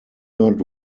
not